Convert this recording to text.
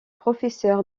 professeur